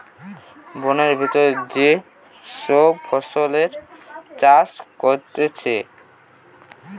বোনের ভিতর যে সব ফসলের চাষ করতিছে